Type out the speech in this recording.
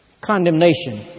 condemnation